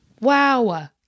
Wow